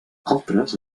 altres